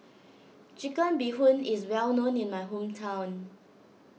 Chicken Bee Hoon is well known in my hometown